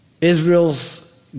Israel's